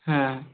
হ্যাঁ